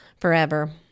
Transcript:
forever